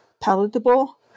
palatable